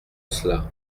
cela